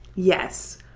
yes.